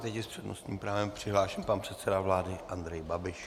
Teď je s přednostním právem přihlášen pan předseda vlády Andrej Babiš.